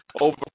over